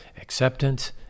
acceptance